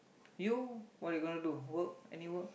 you what you gonna do work any work